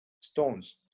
stones